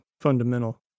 fundamental